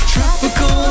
Tropical